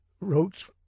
wrote